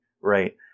right